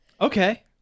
Okay